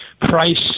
price